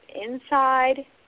inside